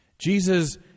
Jesus